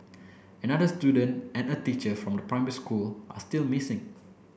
another student and a teacher from the primary school are still missing